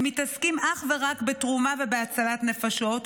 הם מתעסקים אך ורק בתרומה ובהצלת נפשות,